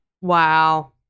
Wow